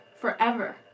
forever